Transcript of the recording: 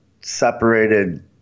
separated